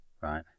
right